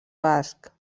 basc